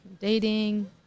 Dating